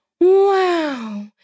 wow